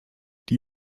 die